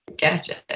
Gotcha